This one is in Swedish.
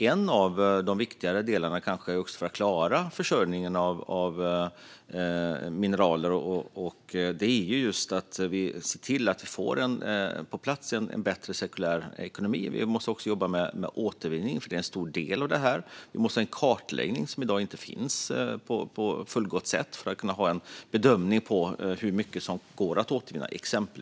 En av de viktigare delarna för att klara försörjningen av mineral är just att se till att vi får på plats en bättre cirkulär ekonomi. Vi måste också jobba med återvinning eftersom det är en stor del av detta. Vi måste ha en kartläggning, som i dag inte finns på ett fullgott sätt, för att kunna göra en bedömning av till exempel hur mycket som går att återvinna.